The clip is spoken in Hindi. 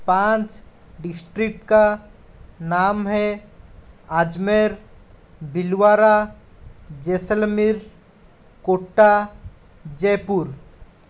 पाँच डिस्ट्रिक्ट का नाम है अजमेर भीलवाड़ा जैसलमेर कोटा जयपुर